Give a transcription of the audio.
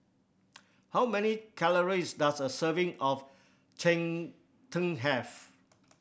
how many calories does a serving of cheng tng have